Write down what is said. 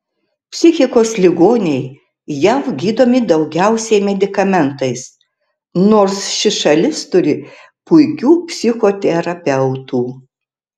psichikos ligoniai jav gydomi daugiausiai medikamentais nors ši šalis turi puikių psichoterapeutų